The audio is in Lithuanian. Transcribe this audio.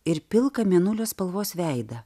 ir pilką mėnulio spalvos veidą